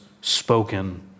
spoken